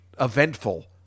eventful